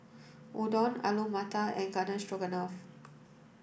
Udon Alu Matar and Garden Stroganoff